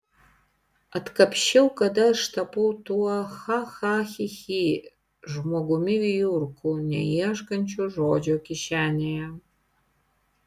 atkapsčiau kada aš tapau tuo cha cha chi chi žmogumi vijurku neieškančiu žodžio kišenėje